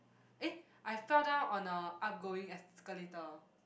eh I fell down on a up going escalator